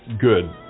good